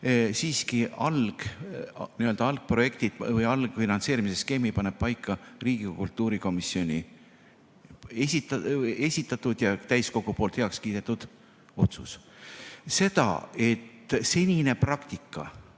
Siiski algprojektid või algfinantseerimise skeemi paneb paika Riigikogu kultuurikomisjoni esitatud ja täiskogu poolt heaks kiidetud otsus. Senine praktika